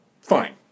fine